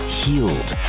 healed